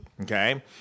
okay